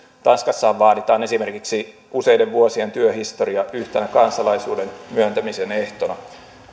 tanskassahan vaaditaan esimerkiksi useiden vuosien työhistoria yhtenä kansalaisuuden myöntämisen ehtona